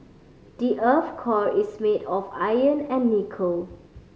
the earth's core is made of iron and nickel